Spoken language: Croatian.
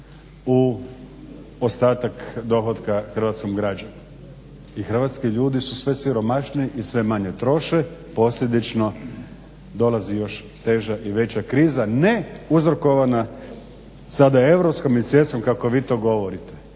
u ostatak dohotka hrvatskom građanu. I hrvatski ljudi su sve siromašniji i sve manje troše, posljedično dolazi još teža i veća kriza ne uzrokovana sada europskom i svjetskom kako vi to govorite